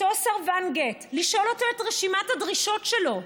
אותו סרבן גט, לשאול אותו את רשימת הדרישות שלו,